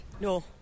No